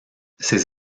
ses